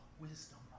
wisdom